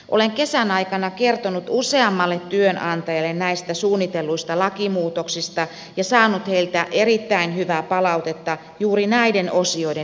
olen kesän aikana kertonut useammalle työnantajalle näistä suunnitelluista lakimuutoksista ja saanut heiltä erittäin hyvää palautetta juuri näiden osioiden lisäämisestä opintoihin